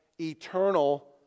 eternal